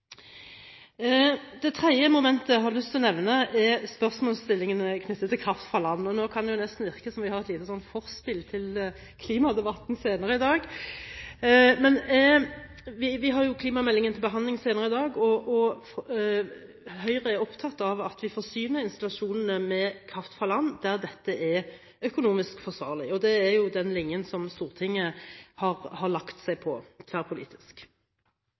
Det tredje momentet jeg har lyst til å nevne, er spørsmålsstillingen knyttet til kraft fra land. Nå kan det nesten virke som om vi har et lite forspill til klimadebatten – klimameldingen kommer jo til behandling senere i dag. Høyre er opptatt av at vi forsyner installasjonene med kraft fra land, der dette er økonomisk forsvarlig. Det er denne tverrpolitiske linjen Stortinget har lagt seg på.